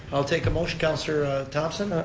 i'll take a motion, councilor thomson?